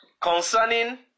concerning